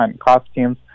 costumes